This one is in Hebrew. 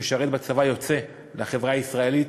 מי שמשרת בצבא יוצא לחברה הישראלית,